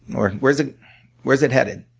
or where's ah where's it headed?